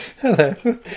Hello